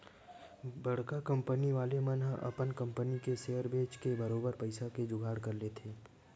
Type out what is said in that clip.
बड़का कंपनी वाले मन ह अपन कंपनी के सेयर बेंच के बरोबर पइसा के जुगाड़ कर लेथे